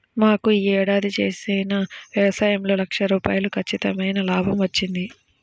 మాకు యీ ఏడాది చేసిన యవసాయంలో లక్ష రూపాయలు ఖచ్చితమైన లాభం వచ్చింది